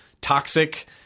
toxic